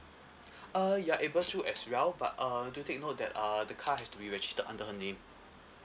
uh you're able to as well but uh do take note that uh the car has to be registered under her name